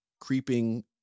creeping